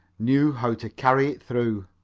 knew how to carry it through.